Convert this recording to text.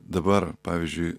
dabar pavyzdžiui